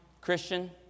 Christian